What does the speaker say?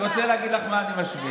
אני רוצה להגיד לך מה אני משווה.